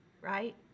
right